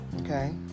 Okay